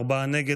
ארבעה נגד.